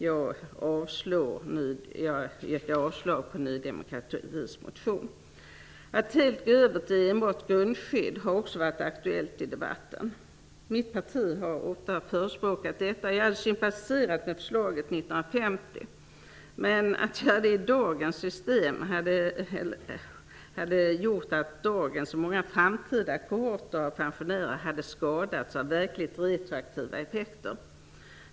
Jag yrkar avslag på Ny demokratis motion. Att helt gå över till enbart grundskydd har också varit aktuellt i debatten. Mitt parti har ofta förespråkat detta. Jag kunde ha sympatiserat med förslaget 1950, men att införa detta i dag hade gjort att dagens och många framtida kohorter av pensionärer hade lidit skada av verkligt retroaktiva effekter.